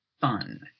fun